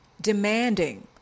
Demanding